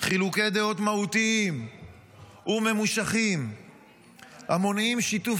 חילוקי דעות מהותיים וממושכים המונעים שיתוף